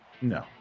No